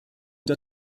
der